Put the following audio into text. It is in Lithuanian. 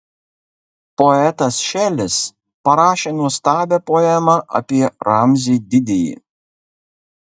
poetas šelis parašė nuostabią poemą apie ramzį didįjį